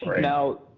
Now